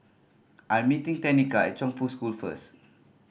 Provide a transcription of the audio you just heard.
I'm meeting Tenika at Chongfu School first